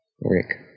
Rick